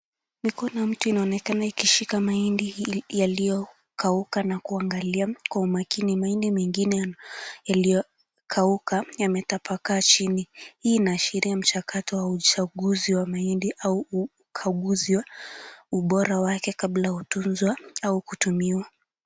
Mikono ya mtu inaonekana yakishika mahindi hii yaliyokauka na kuangalia kwa umakini. Mahindi mengine yaliyokauka yametapakaa chini. Hii inaashiria mchakato wa uchaguzi wa mahindi au ukaguzi wa ubora wake kabla utunzwe au kutumiwa.